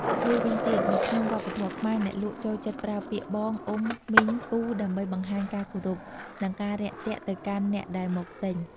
មួយវិញទៀតនៅក្នុងវប្បធម៍ខ្មែរ អ្នកលក់ចូលចិត្តប្រើពាក្យបង អ៊ុំ មីង ពូ ដើម្បីបង្ហាញការគោរព និងការរាក់ទាក់ទៅកាន់អ្នកដែលមកទិញ។